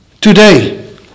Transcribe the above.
Today